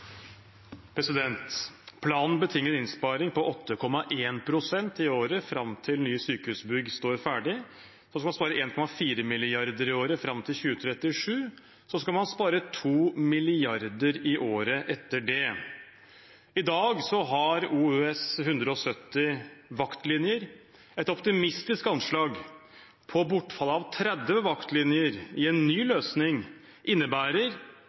Planen betinger en innsparing på 8,1 pst. i året fram til nytt sykehusbygg står ferdig. Så skal man spare 1,4 mrd. kr i året fram til 2037. Så skal man spare 2 mrd. kr i året etter det. I dag har OUS, Oslo universitetssykehus, 170 vaktlinjer. Et optimistisk anslag på bortfallet av 30 vaktlinjer i en ny løsning innebærer